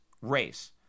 race